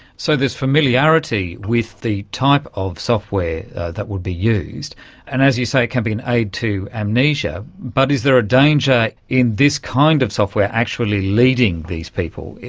so this familiarity with the type of software that would be used, and as you say, it can be an aid to amnesia, but is there a danger in this kind of software actually leading these people,